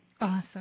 Awesome